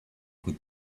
could